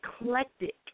eclectic